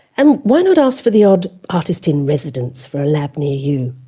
and why not ask for the odd artist in residence for a lab near you?